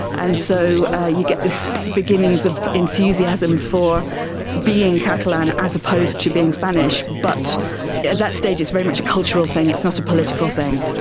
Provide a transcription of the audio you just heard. and so you get this beginnings of enthusiasm for being catalan as opposed to being spanish. but at that stage it's very much a cultural thing, it's not a political thing.